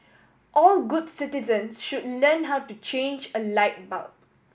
all good citizen should learn how to change a light bulb